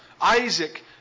Isaac